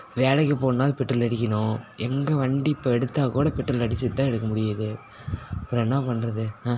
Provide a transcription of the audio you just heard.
வேலைக்கு போகணுன்னால் பெட்ரோல் அடிக்கணும் எங்கே வண்டி இப்போ எடுத்தால்கூட பெட்ரோல் அடித்திட்டு தான் எடுக்க முடியுது அப்புறம் என்ன பண்ணுறது ஆ